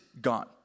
gone